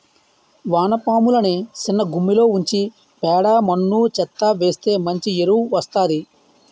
వానపాములని సిన్నగుమ్మిలో ఉంచి పేడ మన్ను చెత్తా వేస్తె మంచి ఎరువు వస్తాది